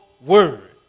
word